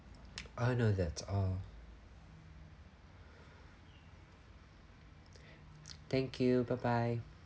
oh no that's all thank you bye bye